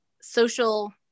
social